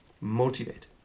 motivate